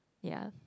yea